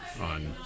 on